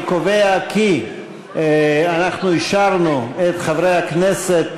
אני קובע כי אנחנו אישרנו את חברי הכנסת